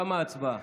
תמה ההצבעה.